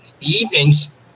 evenings